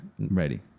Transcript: Ready